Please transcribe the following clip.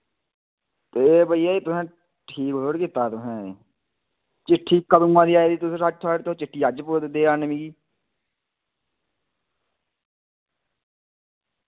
ते एह् भैया जी तुसें ठीक थोह्ड़े कीता तुसें चिट्ठी कदूआं दी आई दी तुस चिट्ठी अज्ज देआ ने मिगी